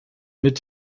mit